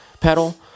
pedal